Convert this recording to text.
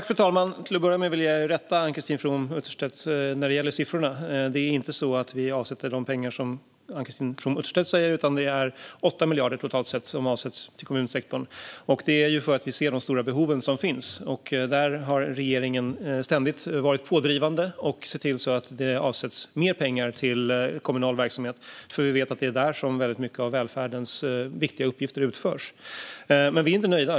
Fru talman! Till att börja med vill jag rätta Ann-Christine From Utterstedt när det gäller siffrorna. Vi avsätter inte de pengar som Ann-Christine From Utterstedt talar om, utan det är 8 miljarder totalt sett som avsätts till kommunsektorn. Detta gör vi för att vi ser de stora behov som finns. Regeringen har ständigt varit pådrivande och sett till att det avsätts mer pengar till kommunal verksamhet, för vi vet att det är där som mycket av välfärdens viktiga uppgifter utförs. Men vi är inte nöjda.